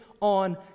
on